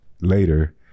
later